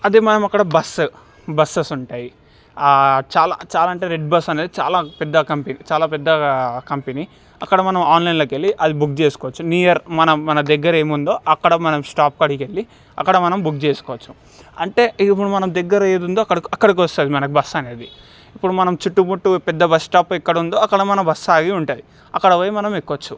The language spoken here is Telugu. అది మనం అక్కడ బస్సు బసస్ ఉంటాయి చాలా చాలా అంటే రెడ్ బస్ అనేది చాలా పెద్ద కంపెనీ చాలా పెద్ద కంపెనీ అక్కడ మనం ఆన్లైన్లోకి వెళ్ళి అది బుక్ చేసుకోవచ్చు నియర్ మన మన దగ్గర ఏముందో అక్కడ మనం స్టాప్ కాడికి వెళ్ళి అక్కడ మనం బుక్ చేసుకోవచ్చు అంటే ఇప్పుడు మనం దగ్గర ఏది ఉందో అక్కడ అక్కడికి వస్తుంది మనకు బస్సు అనేది ఇప్పుడు మనం చుట్టుముట్టు పెద్ద బస్టాప్ ఎక్కడ ఉందో అక్కడ మన బస్సు ఆగి ఉంటుంది అక్కడకి పోయి మనం ఎక్కచ్చు